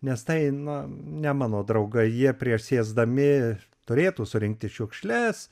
nes tai na ne mano draugai jie prieš sėsdami turėtų surinkti šiukšles